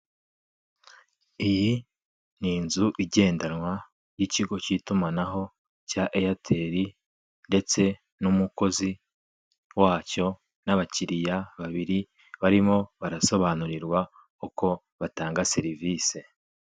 Iyi ni inzu igendanwa y'ikigo k'itumanaho cya eyeteri ndetse n'umukozi wacyo n'abakiriya babiri barimo barasobanukirwa uko batanga serivise.